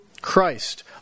Christ